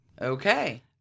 Okay